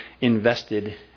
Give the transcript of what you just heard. invested